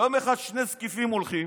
יום אחד שני זקיפים הולכים.